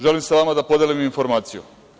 Želim sa vama da podelim informaciju.